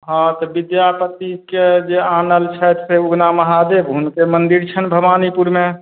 हँ तऽ विद्यापतिके जे आनल छथि से उगना महादेव हुनके मन्दिर छनि भवानीपुरमे